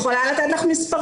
אני יכולה לתת לך מספרים.